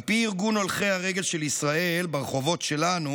על פי ארגון הולכי הרגל של ישראל ברחובות שלנו,